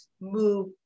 move